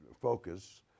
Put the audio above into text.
focus